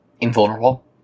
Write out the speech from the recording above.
invulnerable